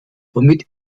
womit